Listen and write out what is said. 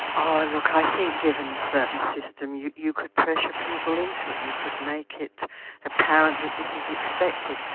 oh, look, i think given a certain um system you you could pressure people into it. you could make it apparent that this is expected.